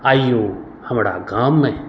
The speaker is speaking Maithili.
आइयो हमरा गाममे